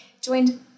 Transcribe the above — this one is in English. joined